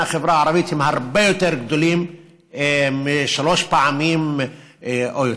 החברה הערבית הם הרבה יותר גדולים משלוש פעמים או יותר.